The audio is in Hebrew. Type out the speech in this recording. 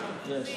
יש.